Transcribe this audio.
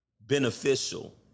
beneficial